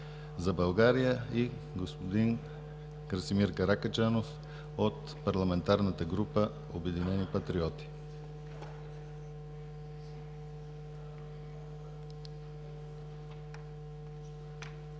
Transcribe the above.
за България, и господин Красимир Каракачанов от Парламентарната група „Обединени патриоти“.